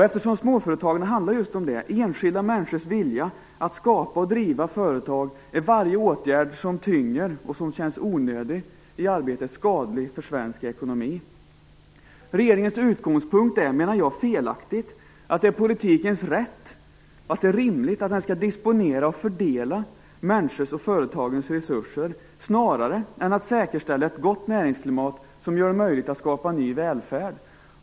Eftersom småföretagande handlar just om det - enskilda människors vilja att skapa och driva företag - är varje åtgärd som tynger och som känns onödig i arbetet skadlig för svensk ekonomi. Regeringens utgångspunkt är, felaktigt menar jag, att det är politikens rätt och att det är rimligt att den skall disponera och fördela människors och företagens resurser, snarare än att säkerställa ett gott näringsklimat som gör det möjligt att skapa ny välfärd.